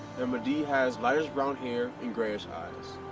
and mahdi has lightish brown hair and grayish eyes.